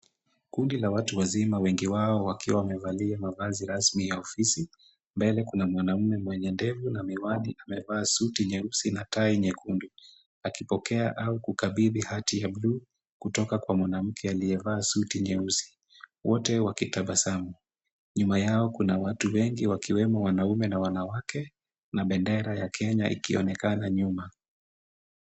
Kundi la watu wazima wengi wao wakiwa wamevalia mavazi rasmi za ofisi. Mbele kuna mwanaume mwenye ndevu na miwani amevaa suti nyeusi na tai nyekundu akipokea au kukabidhi hati ya bluu kutoka kwa mwanamke aliyevaa suti nyeusi wote wakitabasamu. Nyuma yao kuna watu wengi wakiwemo wanaume na wanawake na bendera ya Kenya ikionekana nyuma.